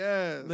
Yes